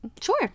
Sure